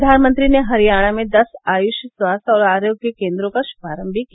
प्रधामनंत्री ने हरियाणा में दस आयुष स्वास्थ्य और आरोग्य केन्द्रों का शुभारंभ भी किया